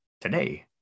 Today